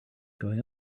going